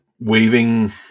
waving